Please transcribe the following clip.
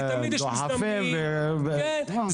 דוחפים --- כן,